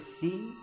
see